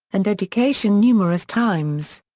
and education numerous times.